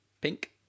Pink